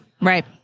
Right